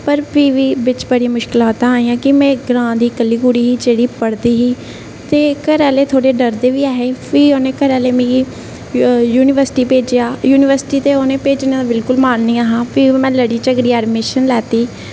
पर प्ही् बी बिच्च बड़ियां मुश्कलातां आइयां कि में ग्रांऽ दी कल्ली कुड़ी ही जेह्ड़ी पढ़दी ही ते घरै आह्ले थोह्ड़े डरदे बी ऐहे ते प्ही मिगी उ'नें यूनिवर्सिटी भेजेआ ते उत्थें भेजने दा उं'दा बड़ा मन हा ते एडमिशन लैती